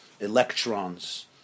electrons